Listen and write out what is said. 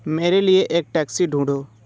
मेरे लिए एक टैक्सी ढूँढो